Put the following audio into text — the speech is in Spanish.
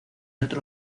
otro